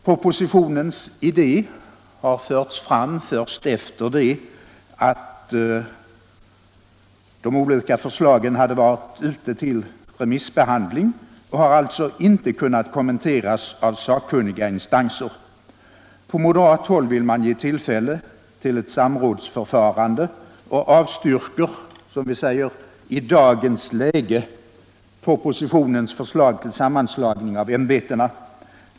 Propositionens idé har förts fram först efter det att de olika förslagen hade varit ute till remissbehandling och har alltså inte kunnat kommenteras av sakkunniga instanser. På moderat håll vill vi ge tillfälle till ett samrådsförfarande och avstyrker, som vi säger, i dagens läge propositionens organisationsförslag.